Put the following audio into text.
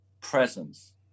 presence